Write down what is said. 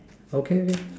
okay okay